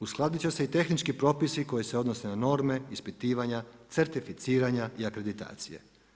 Uskladiti će se i tehnički propisi koji se odnose na norme, ispitivanja, certificiranja i akreditacije.